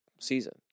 season